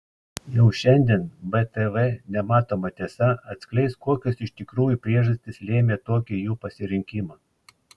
jau šiandien btv nematoma tiesa atskleis kokios iš tikrųjų priežastys lėmė tokį jų pasirinkimą